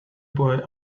boy